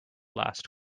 last